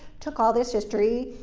took all this history,